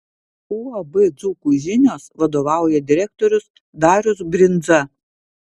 uab dzūkų žinios vadovauja direktorius darius brindza